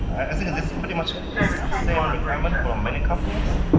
i think it's pretty much same requirement for many companies.